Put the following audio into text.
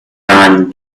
ran